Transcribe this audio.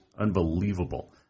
Unbelievable